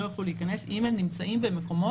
לא יוכלו להיכנס אם הם נמצאים במקומות